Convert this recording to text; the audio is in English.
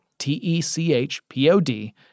T-E-C-H-P-O-D